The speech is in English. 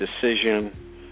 decision